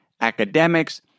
academics